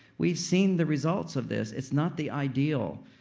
we've seen the results of this. it's not the ideal.